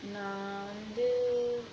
நான் வந்து:nan vanthu